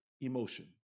emotion